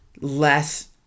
less